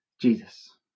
Jesus